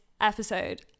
episode